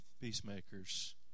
peacemakers